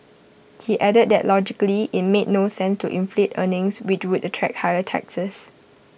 he added that logically IT made no sense to inflate earnings which would attract higher taxes